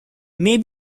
may